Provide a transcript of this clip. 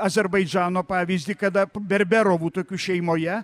azerbaidžano pavyzdį kada berberovų tokių šeimoje